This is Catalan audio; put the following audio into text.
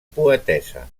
poetessa